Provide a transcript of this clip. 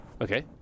Okay